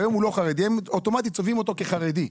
והיום לא חרדי הם אוטומטית צובעים אותו כחרדי.